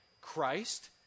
Christ